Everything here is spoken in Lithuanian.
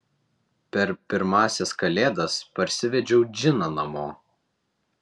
per pirmąsias kalėdas parsivedžiau džiną namo